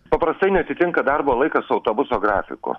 paprastai neatitinka darbo laikas autobuso grafiko